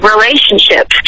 relationship